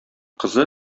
кызы